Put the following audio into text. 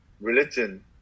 religion